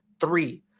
three